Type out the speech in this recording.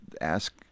ask